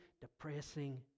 depressing